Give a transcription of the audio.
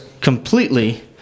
completely